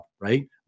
Right